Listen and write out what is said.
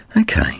okay